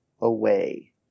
away